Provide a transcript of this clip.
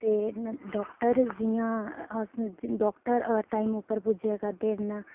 ते डॉक्टर जियां अस्स डॉक्टर टाइम उप्पर पुज्जै करदे न